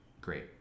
Great